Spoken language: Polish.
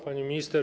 Pani Minister!